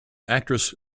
actress